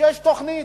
שיש תוכנית.